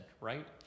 right